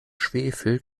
schwefel